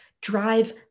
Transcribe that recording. drive